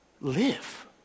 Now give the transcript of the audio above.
live